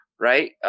right